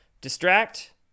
distract